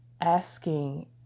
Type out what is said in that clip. Asking